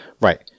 Right